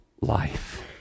life